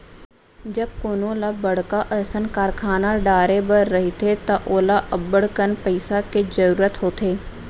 जब कोनो ल बड़का असन कारखाना डारे बर रहिथे त ओला अब्बड़कन पइसा के जरूरत होथे